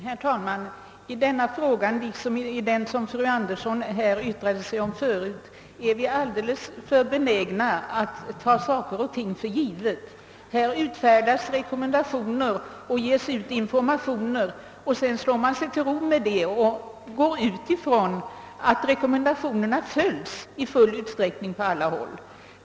Herr talman! I denna fråga — liksom i den fröken Anderson i Lerum nyss yttrade sig om — är vi alldeles för benägna att ta saker och ting för givna. Rekommendationer utfärdas och informationer utges. Sedan slår man sig till ro med det och utgår ifrån att rekommendationerna följs i full utsträckning på alla håll.